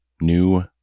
New